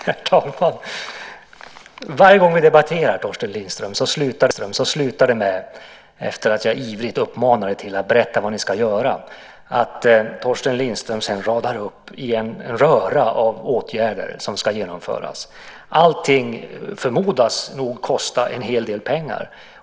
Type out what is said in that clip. Herr talman! Varje gång vi debatterar, Torsten Lindström, slutar det med att du, efter att jag ivrigt uppmanat dig att berätta vad ni ska göra, radar upp en röra av åtgärder som ska genomföras. Allting förmodas kosta en hel del pengar.